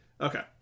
okay